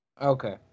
Okay